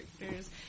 characters